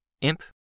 Imp